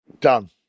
Done